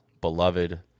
beloved